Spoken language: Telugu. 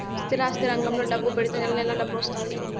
స్థిరాస్తి రంగంలో డబ్బు పెడితే నెల నెలా డబ్బు వత్తాది